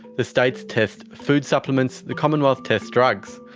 the states tests food supplements, the commonwealth tests drugs.